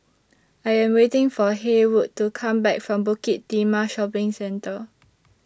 I Am waiting For Haywood to Come Back from Bukit Timah Shopping Centre